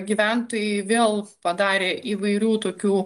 gyventojai vėl padarė įvairių tokių